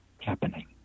happening